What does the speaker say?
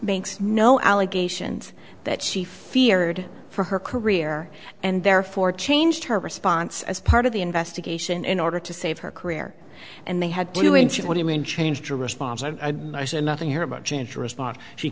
makes no allegations that she feared for her career and therefore changed her response as part of the investigation in order to save her career and they had clue in what you mean changed her response i i said nothing here about change response she